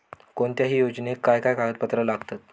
कोणत्याही योजनेक काय काय कागदपत्र लागतत?